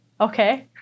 okay